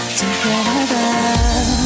together